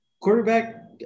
quarterback